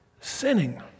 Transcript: Sinning